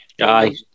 Aye